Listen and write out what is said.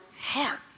heart